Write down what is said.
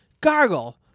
Gargle